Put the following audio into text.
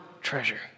treasure